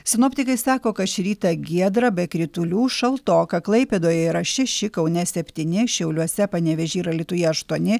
sinoptikai sako kad šį rytą giedra be kritulių šaltoka klaipėdoje yra šeši kaune septyni šiauliuose panevėžyje ir alytuje aštuoni